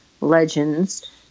legends